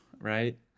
right